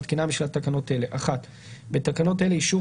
מתקינה הממשלה תקנות אלה: הגדרות בתקנות אלה: "אישור